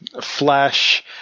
Flash